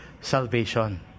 salvation